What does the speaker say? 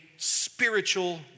spiritual